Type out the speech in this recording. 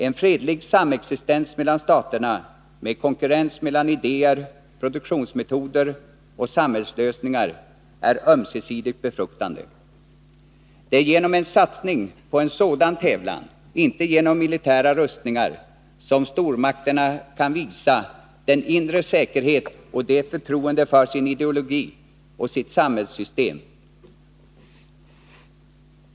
En fredlig samexistens mellan staterna med konkurrens mellan idéer, produktionsmetoder och samhällslösningar är ömsesidigt befruktande. Det är genom en satsning på en sådan tävlan, inte genom militära rustningar, som stormakterna kan visa inre säkerhet och förtroende för sin ideologi och sitt samhällssystem.